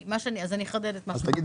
אני אחדד את מה שאמרתי.